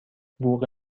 بوق